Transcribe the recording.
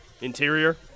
Interior